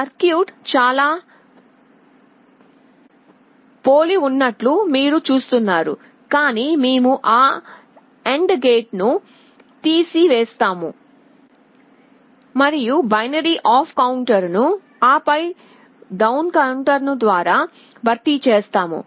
circuit చాలా పోలి ఉన్నట్లు మీరు చూస్తున్నారు కాని మేము ఆ AND గేట్ను తీసివేసాము మరియు బైనరీ అప్ కౌంటర్ను అప్ డౌన్ కౌంటర్ ద్వారా భర్తీ చేసాము